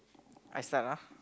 I start ah